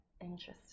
Interesting